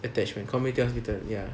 attachment community hospital ya